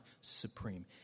supreme